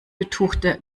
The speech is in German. betuchte